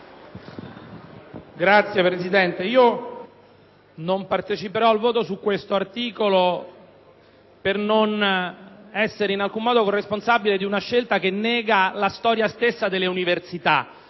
Signor Presidente, non parteciperò al voto sull'articolo 10 per non essere in alcun modo corresponsabile di una scelta che nega la storia stessa delle università